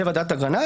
זה מוועדת אגרנט.